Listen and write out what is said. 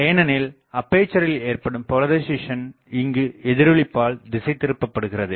ஏனெனில் அப்பேசரில் ஏற்படும் போலரிசேசன் இங்கு எதிரொளிப்பால் திசை திருப்பப்படுகிறது